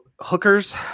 hookers